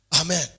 Amen